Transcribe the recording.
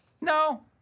No